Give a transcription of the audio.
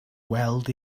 gweld